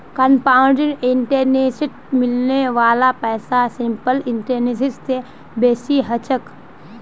compound इंटरेस्टत मिलने वाला पैसा सिंपल इंटरेस्ट स बेसी ह छेक